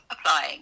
applying